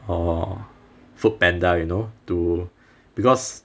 or Foodpanda you know to because